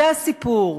זה הסיפור.